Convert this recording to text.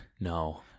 No